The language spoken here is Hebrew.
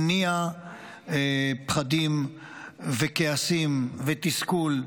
הניע פחדים וכעסים ותסכול,